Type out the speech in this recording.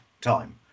time